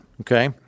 okay